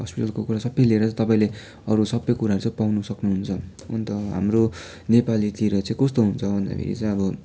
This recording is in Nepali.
हस्पिटलको कुरा सबै लिएर चाहिँ तपाईँले अरू सबै कुराहरू चाहिँ पाउनु सक्नु हुन्छ अन्त हाम्रो नेपालीतिर चाहिँ कस्तो हुन्छ भन्दाखेरि अब